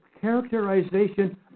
characterization